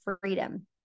freedom